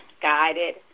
guided